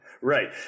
Right